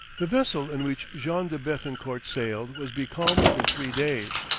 the vessel in which jean de bethencourt sailed was becalmed for three days,